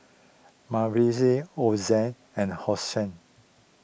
Ozzie and Hosie